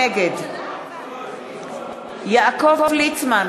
נגד יעקב ליצמן,